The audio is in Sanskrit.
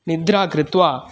निद्रा कृत्वा